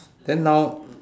then now